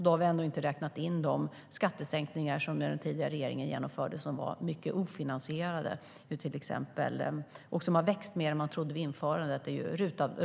Då har vi ändå inte räknat in de skattesänkningar som den tidigare regeringen genomförde, som i mycket var ofinansierade och som har växt mer än vad man trodde vid införandet.